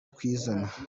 akizana